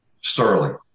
Sterling